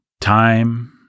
time